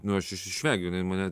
nu aš iš išvengiu jinai mane